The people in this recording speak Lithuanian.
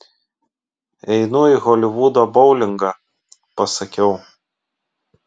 einu į holivudo boulingą pasakiau